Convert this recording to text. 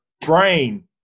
brain